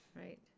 Right